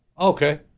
okay